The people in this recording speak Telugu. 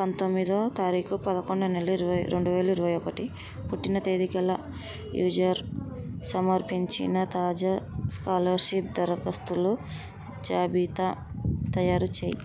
పంతొమ్మిదో తారికు పదకొండవ నెల ఇరవై రెండువేల ఇరవై ఒకటి పుట్టిన తేదీ కల్లా యూజర్ సమర్పించిన తాజా స్కాలర్షిప్ దరఖాస్తుల జాబితా తయారు చేయి